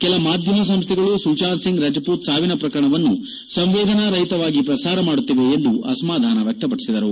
ಕೆಲ ಮಾಧ್ಯಮ ಸಂಸ್ಥೆಗಳು ಸುತಾಂತ್ ಸಿಂಗ್ ರಜಪೂತ್ ಸಾವಿನ ಪ್ರಕರಣವನ್ನು ಸಂವೇದನಾ ರುತವಾಗಿ ಪ್ರಸಾರ ಮಾಡುತ್ತಿವೆ ಎಂದು ಅಸಮಾಧಾನ ವ್ಯಕ್ತಪಡಿಸಿದರು